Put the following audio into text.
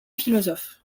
philosophe